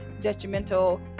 detrimental